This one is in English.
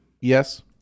Yes